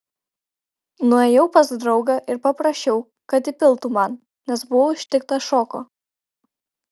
nuėjau pas draugą ir paprašiau kad įpiltų man nes buvau ištiktas šoko